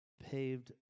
paved